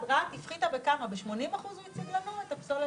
אני חושב